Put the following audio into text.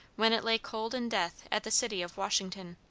when it lay cold in death at the city of washington.